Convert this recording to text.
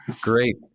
Great